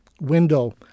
window